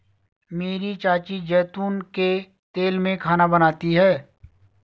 मेरी चाची जैतून के तेल में खाना बनाती है